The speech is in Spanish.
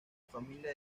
familia